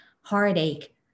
heartache